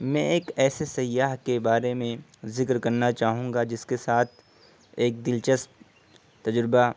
میں ایک ایسے سیاح کے بارے میں ذکر کرنا چاہوں گا جس کے ساتھ ایک دلچسپ تجربہ